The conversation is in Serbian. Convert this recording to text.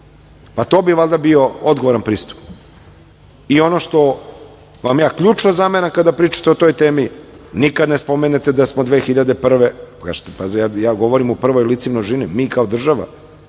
To bi valjda bio odgovoran pristup. Ono što vam ključno zameram kada pričate o toj temi, nikad ne spomenete da smo 2001. godine, govorim u prvom licu množine, mi kao država,